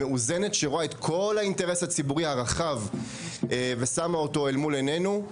מאוזנת שרואה את כל האינטרס הציבורי הרחב ושמה אותו אל מול עינינו,